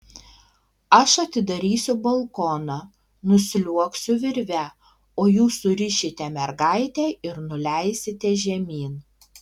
aš atidarysiu balkoną nusliuogsiu virve o jūs surišite mergaitę ir nuleisite žemyn